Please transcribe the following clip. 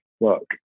Look